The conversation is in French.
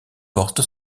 porte